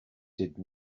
did